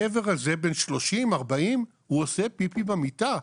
הגבר הזה בן 30, 40, הוא עושה פיפי במיטה,